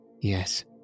Yes